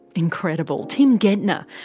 incredible. tim gentner,